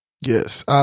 Yes